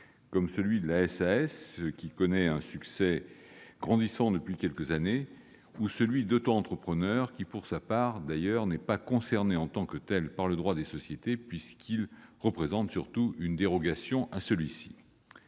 simplifiée, la SAS, qui connaît un succès grandissant depuis quelques années, ou celui d'autoentrepreneur, qui, pour sa part, n'est pas concerné par le droit des sociétés, puisqu'il représente surtout une dérogation à celui-ci.